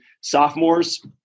sophomores